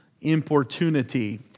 importunity